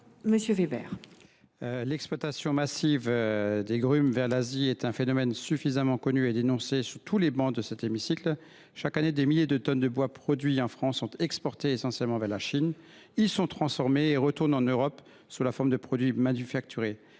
Michaël Weber. L’exploitation massive des grumes vers l’Asie est un phénomène largement connu et dénoncé sur toutes les travées de cet hémicycle. Chaque année, des milliers de tonnes de bois produit en France sont exportées essentiellement vers la Chine. Ce bois y est transformé et retourne en Europe sous la forme de produits manufacturés.